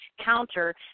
counter